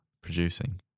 producing